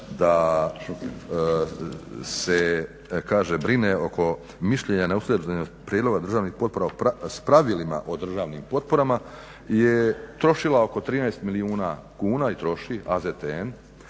da se kaže brine oko mišljenja neusklađenosti prijedloga državnih potpora sa pravilima o državnim potporama je trošila oko 13 milijuna kuna i troši, AZTN,